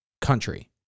country